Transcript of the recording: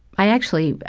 i actually,